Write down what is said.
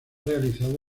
realizado